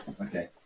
Okay